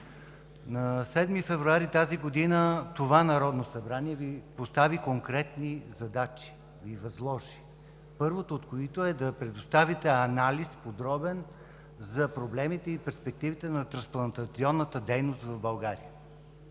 на 7 февруари тази година това Народно събрание Ви възложи конкретни задачи, първата от които е да предоставите подробен анализ за проблемите и перспективите на трансплантационната дейност в България.